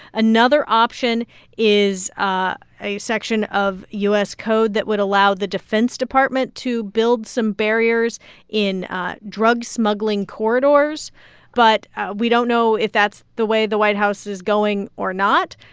another option is ah a section of u s. code that would allow the defense department to build some barriers in drug-smuggling corridors but we don't know if that's the way the white house is going or not.